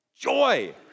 Joy